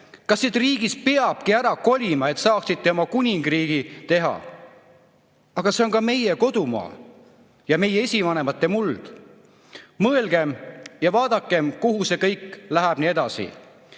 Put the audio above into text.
Kas siit riigist peabki ära kolima, et saaksite oma kuningriigi teha? Aga see on ka meie kodumaa ja meie esivanemate muld. Mõelgem ja vaadakem, kuhu see kõik läheb nii edasi.